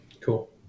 Cool